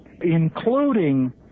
including